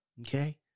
okay